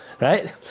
right